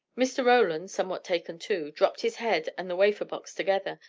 mr. roland, somewhat taken to, dropped his head and the wafer-box together,